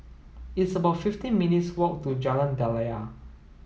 it's about fifteen minutes' walk to Jalan Daliah